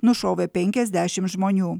nušovė penkiasdešimt žmonių